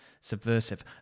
subversive